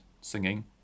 singing